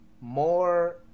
More